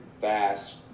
fast